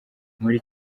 muri